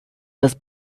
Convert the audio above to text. was